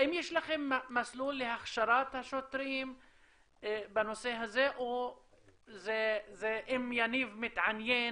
האם יש לכם מסלול להכשרת השוטרים בנושא הזה או זה אם יניב מתעניין